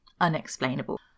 unexplainable